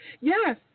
Yes